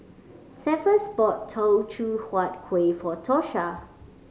Cephus bought Teochew Huat Kueh for Tosha